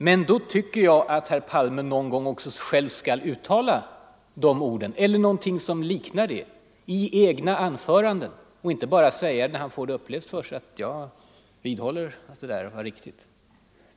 Men då tycker jag att herr Palme någon gång i egna anföranden skall uttala de orden och inte bara säga när han får dem upplästa för sig, att ”jag vidhåller det, det var riktigt”.